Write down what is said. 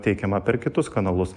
teikiama per kitus kanalus